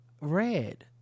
Red